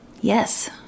Yes